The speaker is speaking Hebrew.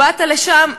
באת לשם,